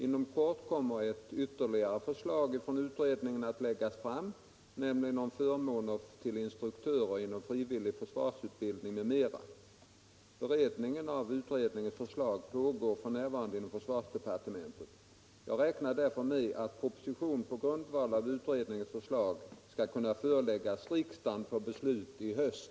Inom kort kommer ett ytterligare förslag från utredningen att läggas fram, nämligen om förmåner till instruktörer inom frivillig försvarsutbildning m.m. Beredningen av utredningens förslag pågår f. n. inom försvarsdepartementet. Jag räknar därför med att proposition på grundval av utredningens förslag skall kunna föreläggas riksdagen för beslut i höst.